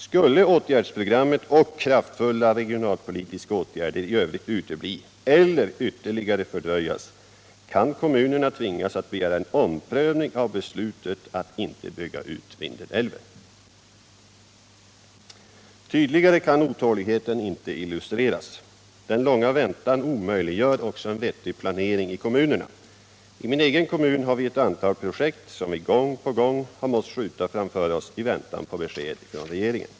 Skulle åtgärdsprogrammet och kraftfulla regionalpolitiska åtgärder i övrigt utebli eller ytterligare fördröjas kan kommunerna tvingas att begära en omprövning av beslutet att inte bygga ut Vindelälven.” Tydligare kan otåligheten inte illustreras. Den långa väntan omöjliggör också en vettig planering i kommunerna. I min egen kommun har vi ett antal projekt som vi gång på gång har 13 måst skjuta framför oss i väntan på besked från regeringen.